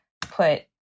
put